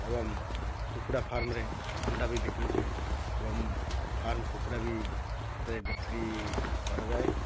ଏବଂ କୁକୁଡ଼ା ଫାର୍ମରେ ଅଣ୍ଡା ବି ବିକ୍ରି ହୁଏ ଏବଂ ଫାର୍ମ କୁକୁଡ଼ା ବି ସେଥିରେ ବିକ୍ରି କରାଯାଏ